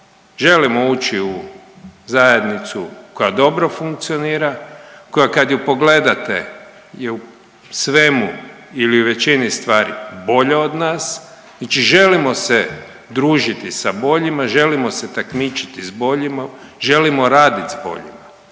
želimo ući u zajednicu koja dobro funkcionira, koja kad ju pogledate je u svemu ili u većini stvari bolja od nas. Znači želimo se družiti sa boljima, želimo se takmičiti s boljima, želimo raditi s boljima.